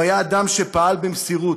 הוא היה אדם שפעל במסירות,